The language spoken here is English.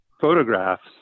photographs